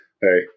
Hey